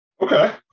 Okay